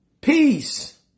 peace